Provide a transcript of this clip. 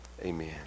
amen